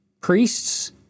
priests